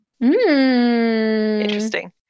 Interesting